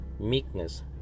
meekness